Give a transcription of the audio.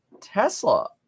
Tesla